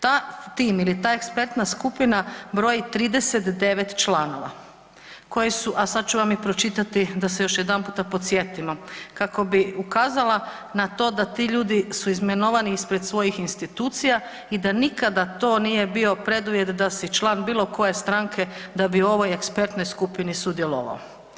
Ta, tim ili ta ekspertna skupina broji 39 članova koji su, a sad ću vam i pročitati da se još jedanputa podsjetimo kako bi ukazala na to da ti ljudi su izmenovani ispred svojih institucija i da nikada to nije bio preduvjet da si član bilo koje stranke da bi u ovoj ekspertnoj skupini sudjelovao.